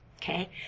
Okay